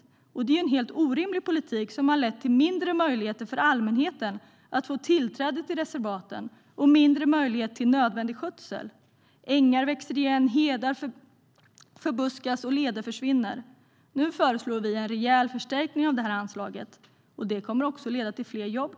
Det är ju en helt orimlig politik, som har lett till mindre möjligheter för allmänheten att få tillträde till reservaten och mindre möjlighet till nödvändig skötsel. Ängar växer igen, hedar förbuskas och leder försvinner. Nu föreslår vi en rejäl förstärkning av det här anslaget, och jag kan påpeka att det också kommer att leda till fler jobb.